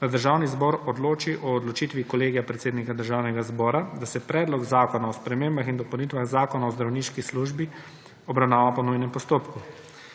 da Državni zbor odloči o odločitvi Kolegija predsednika Državnega zbora, da se Predlog zakona o spremembah in dopolnitvah Zakona o zdravniški službi obravnava po nujnem postopku.